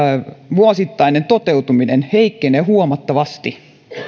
vuosittainen toteutuminen heikkenee huomattavasti